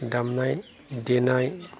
दामनाय देनाय